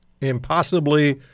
impossibly